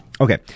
Okay